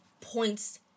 points